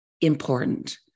important